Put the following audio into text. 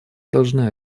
должны